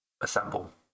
assemble